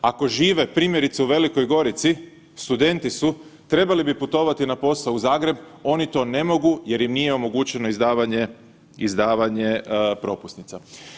Ako žive primjerice u Velikoj Gorici, studenti su, trebali bi putovati na posao u Zagreb oni to ne mogu jer im nije omogućeno izdavanje propusnica.